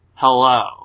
Hello